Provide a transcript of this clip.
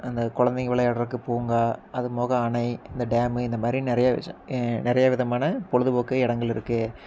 அந்த குழந்தைங்க விளையாடுறக்கு பூங்கா அதுப்போக அணை இந்த டேமு இந்த மாதிரி நிறைய நிறைய விதமான பொழுதுபோக்கு இடங்கள் இருக்கு